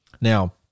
Now